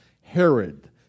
Herod